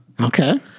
Okay